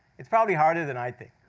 it's probably harder than i think.